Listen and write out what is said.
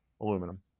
aluminum